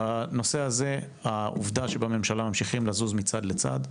בנושא הזה, העובדה שבמשלה ממשיכים לזוז מצד לצד,